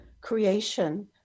creation